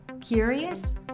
Curious